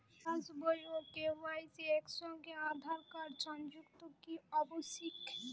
পাশ বই ও কে.ওয়াই.সি একই সঙ্গে আঁধার কার্ড সংযুক্ত কি আবশিক?